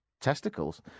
testicles